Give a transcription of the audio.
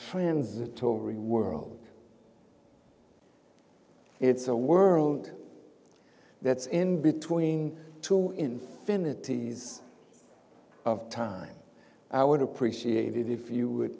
transitory world it's a world that's in between two infinities of time i would appreciate it if you would